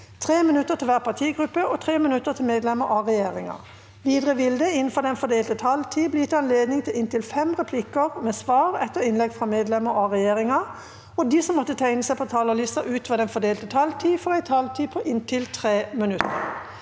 3 minutter til hver partigruppe og 3 minutter til medlemmer av regjeringen. Videre vil det – innenfor den fordelte taletid – bli gitt anledning til inntil fem replikker med svar etter innlegg fra medlemmer av regjeringen, og de som måtte tegne seg på talerlisten utover den fordelte taletid, får også en taletid på inntil 3 minutter.